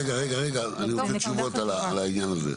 לא, רגע, רגע, אני רוצה תשובות על העניין הזה.